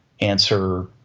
answer